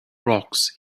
rocks